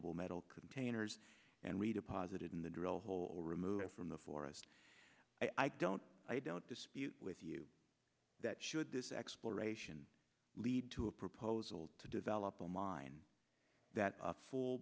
sealable metal containers and redeposited in the drill hole removing from the forest i don't i don't dispute with you that should this exploration lead to a proposal to develop online that a full